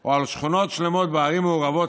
או על שכונות שלמות בערים מעורבות,